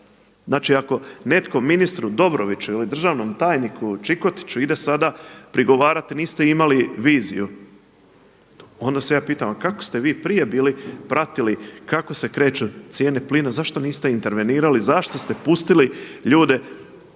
Znači ako netko ministru Dobroviću ili državnom tajniku Čikotiću ide sada prigovarati niste imali viziju, onda se ja pitam a kako ste vi prije bili pratili kako se kreću cijene plina, zašto niste intervenirali, zašto ste pustili ljude makar